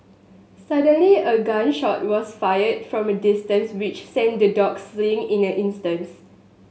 suddenly a gun shot was fired from a distance which sent the dogs fleeing in an instance